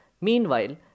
Meanwhile